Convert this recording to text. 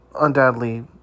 undoubtedly